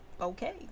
okay